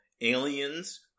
aliens